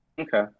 Okay